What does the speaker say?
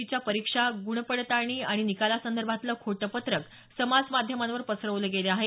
E च्या परीक्षा गुणपडताळणी आणि निकालासंदर्भातलं खोटं पत्रक समाज माध्यमांवर पसरवलं गेलं आहे